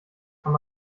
kann